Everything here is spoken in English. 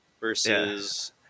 versus